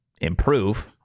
improve